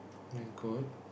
you could